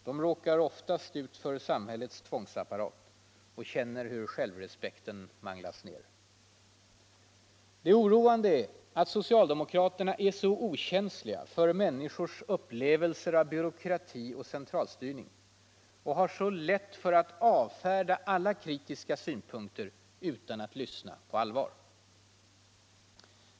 De råkar oftast ut för samhällets tvångsapparat och känner hur självrespekten manglas ner. Det oroande är att socialdemokraterna är så okänsliga för människors upplevelser av byråkrati och centralstyrning och har så lätt för att avfärda kritiska synpunkter utan att lyssna på allvar.